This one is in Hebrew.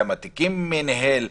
כמה תיקים ניהל.